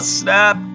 snap